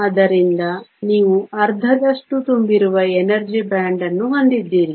ಆದ್ದರಿಂದ ನೀವು ಅರ್ಧದಷ್ಟು ತುಂಬಿರುವ ಎನರ್ಜಿ ಬ್ಯಾಂಡ್ ಅನ್ನು ಹೊಂದಿದ್ದೀರಿ